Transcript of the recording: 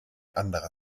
andere